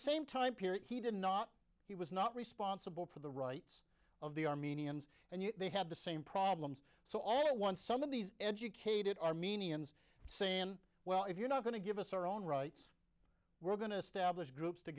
same time period he did not he was not responsible for the rights of the armenians and yet they had the same problems so all at once some of these educated armenians saying well if you're not going to give us our own rights we're going to establish groups to